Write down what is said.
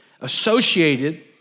associated